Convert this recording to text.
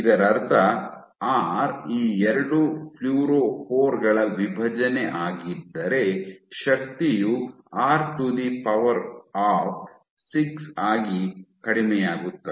ಇದರರ್ಥ ಆರ್ ಈ ಎರಡು ಫ್ಲೋರೊಫೋರ್ ಗಳ ವಿಭಜನೆ ಆಗಿದ್ದರೆ ಶಕ್ತಿಯು ಆರ್ ಟು ದಿ ಪವರ್ ಆ ಸಿಕ್ಸ್ ಆಗಿ ಕಡಿಮೆಯಾಗುತ್ತದೆ